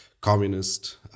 communist